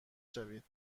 شوید